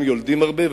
גם יולדים הרבה,